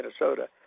Minnesota